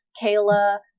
Kayla